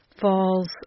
falls